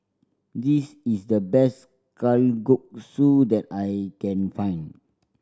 this is the best Kalguksu that I can find